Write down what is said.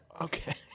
Okay